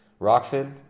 Rockfin